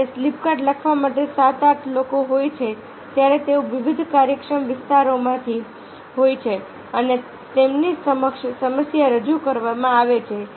જ્યારે slip card લખવા માટે સાત આઠ લોકો હોય છે ત્યારે તેઓ વિવિધ કાર્યક્ષમ વિસ્તારોમાંથી હોય છે અને તેમની સમક્ષ સમસ્યા રજૂ કરવામાં આવે છે